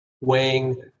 weighing